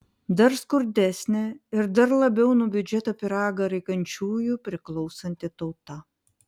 dar skurdesnė ir dar labiau nuo biudžeto pyragą raikančiųjų priklausanti tauta